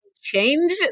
change